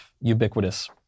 ubiquitous